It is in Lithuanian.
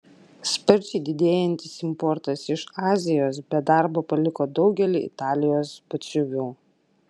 sparčiai didėjantis importas iš azijos be darbo paliko daugelį italijos batsiuvių